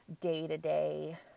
day-to-day